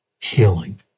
healing